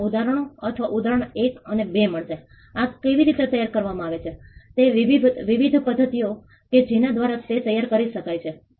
જેની ભાગીદારી માટે અમે શોધી રહ્યા છીએ તેઓ સહભાગીઓના માપદંડને વ્યાખ્યાયિત કરશે